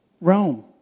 Rome